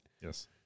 Yes